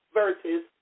versus